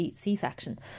C-section